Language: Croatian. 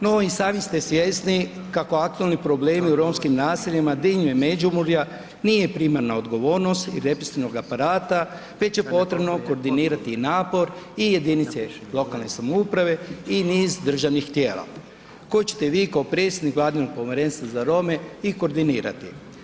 No, i sami ste svjesni kako aktualni problemi u romskim naseljima diljem Međimurja nije primarna odgovornost i represivnog aparata već je potrebno koordinirati i napor i jedinice lokalne samouprave i niz državnih tijela koje ćete vi kao predsjednik vladinog povjerenstva za Rome i koordinirati.